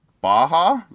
Baja